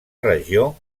regió